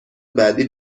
بعدی